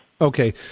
Okay